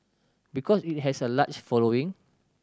because it has a large following